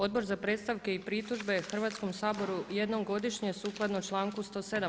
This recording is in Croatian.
Odbor za predstavke i pritužbe Hrvatskom saboru jednom godišnje sukladno članku 107.